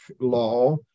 law